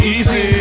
Easy